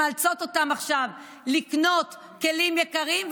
שמאלצים אותם עכשיו לקנות כלים יקרים,